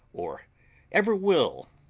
or ever will,